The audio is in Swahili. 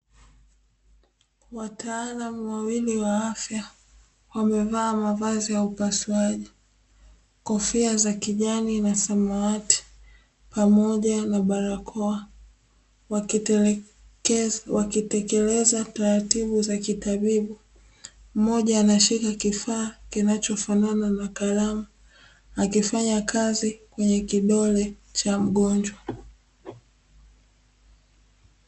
Wataalamu wawili wa afya wamevaa mavazi ya upasuaji kofia za kijani na samawati pamoja na barakoa wakitekeleza taratibu za kitabibu, mmoja ameshika kifaa kinachofanana na kalamu akifanya kazi kwenye kidole cha mgonjwa.